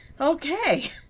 Okay